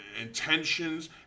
intentions